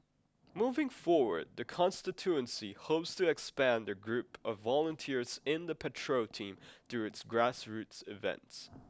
moving forward the constituency hopes to expand their group of volunteers in the patrol team through its grassroots events